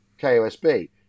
KOSB